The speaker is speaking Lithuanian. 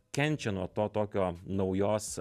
kenčia nuo to tokio naujos